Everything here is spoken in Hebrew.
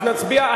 אז נצביע,